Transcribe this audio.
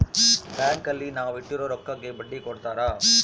bank ಅಲ್ಲಿ ನಾವ್ ಇಟ್ಟಿರೋ ರೊಕ್ಕಗೆ ಬಡ್ಡಿ ಕೊಡ್ತಾರ